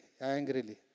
angrily